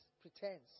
pretense